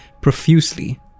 profusely